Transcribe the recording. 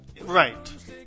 Right